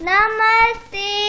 Namaste